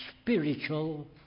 spiritual